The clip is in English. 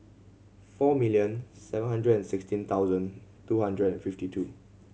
four million seven hundred and sixteen thousand two hundred and fifty two